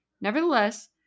Nevertheless